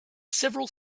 several